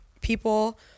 people